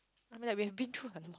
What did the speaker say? I mean like we had been through a lot